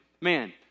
Man